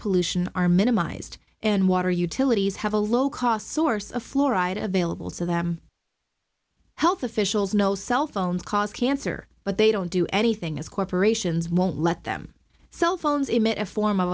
pollution are minimized and water utilities have a low cost source of fluoride available so that health officials know cell phones cause cancer but they don't do anything as corporations won't let them cell phones emit a form of